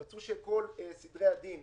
רצו שכל הארכת המועדים בסדרי הדין